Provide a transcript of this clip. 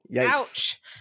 ouch